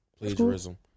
Plagiarism